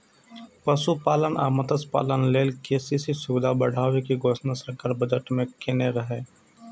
पशुपालन आ मत्स्यपालन लेल के.सी.सी सुविधा बढ़ाबै के घोषणा सरकार बजट मे केने रहै